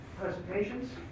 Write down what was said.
presentations